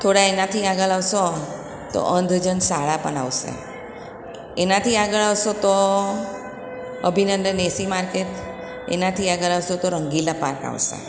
થોડા એનાથી આગળ આવશો તો અંધજન શાળા પણ આવશે એનાથી આગળ આવશો તો અભિનંદન એસી માર્કેટ એનાથી આગળ આવશો તો રંગીલા પાર્ક આવશે